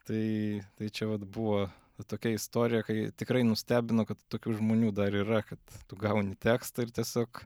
tai tai čia vat buvo tokia istorija kai tikrai nustebino kad tokių žmonių dar yra kad tu gauni tekstą ir tiesiog